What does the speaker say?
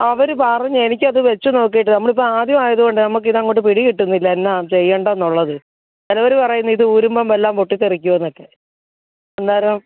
അവർ പറഞ്ഞ് എനിക്ക് അത് വെച്ച് നോക്കിയിട്ട് നമ്മൾ ഇപ്പോൾ ആദ്യം ആയതുകൊണ്ടേ നമുക്ക് ഇത് അങ്ങോട്ട് പിടി കിട്ടുന്നില്ല എന്നാ ചെയ്യേണ്ടത് എന്നൊള്ളത് ചിലർ പറയുന്നു ഇത് ഊരുമ്പം എല്ലാം പൊട്ടിത്തെറിക്കും എന്നൊക്കെ അന്നേരം